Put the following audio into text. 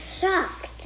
shocked